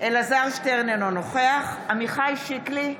אלעזר שטרן, אינו נוכח עמיחי שיקלי,